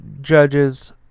judges